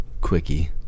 quickie